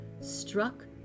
struck